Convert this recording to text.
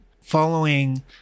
following